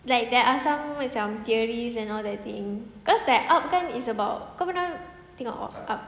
like there are some macam theories and all that thing cause like up kan is about kau pernah tengok up